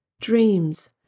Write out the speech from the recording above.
dreams